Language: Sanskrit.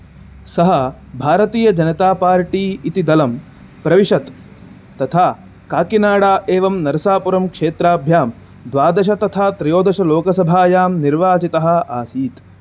सः भारतीयजनता पार्टी इति दलं प्राविशत् तथा काकिनाडा एवं नरसापुरं क्षेत्राभ्यां द्वादश तथा त्रयोदशलोकसभायां निर्वाचितः आसीत्